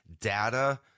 data